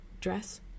dress